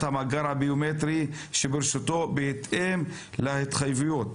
המאגר הביומטרי שברשותו בהתאם להתחייבויות.